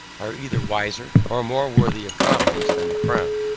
are either wiser or more worthy of confidence than the crown.